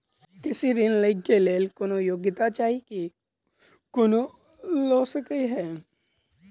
कृषि ऋण लय केँ लेल कोनों योग्यता चाहि की कोनो लय सकै है?